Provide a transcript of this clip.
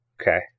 Okay